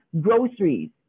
groceries